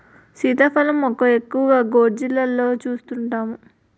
సీతాఫలం మొక్క ఎక్కువగా గోర్జీలలో సూస్తుంటాము